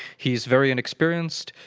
he's very inexperienced.